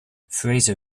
fraser